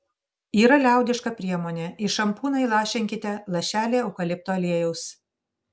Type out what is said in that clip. yra liaudiška priemonė į šampūną įlašinkite lašelį eukalipto aliejaus